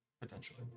Potentially